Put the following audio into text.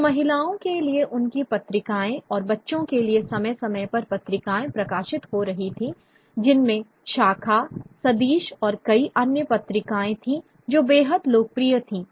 तो महिलाओं के लिए उनकी पत्रिकाएँ और बच्चों के लिए समय समय पर पत्रिकाएँ प्रकाशित हो रही थीं जिनमें शाखा सदिश और कई अन्य पत्रिकाएँ थीं जो बेहद लोकप्रिय थीं